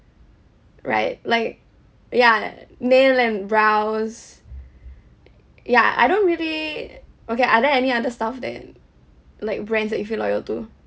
right like ya nail and brows ya I don't really okay are there any other stuff then like brands that you feel loyal to